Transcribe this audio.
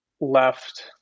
left